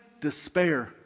despair